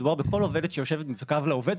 מדובר בכל עובדת שיושבת בקו לעובד,